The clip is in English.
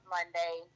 Monday